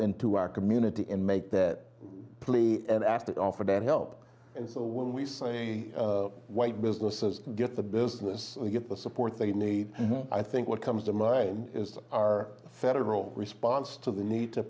into our community and make that plea and asked offer that help and so when we say white businesses get the business get the support they need i think what comes to mind is our federal response to the need to